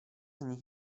nich